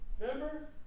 Remember